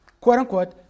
quote-unquote